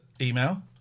email